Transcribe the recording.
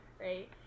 right